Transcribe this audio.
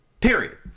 period